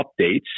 Updates